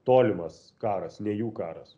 tolimas karas ne jų karas